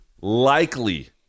likely